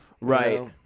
right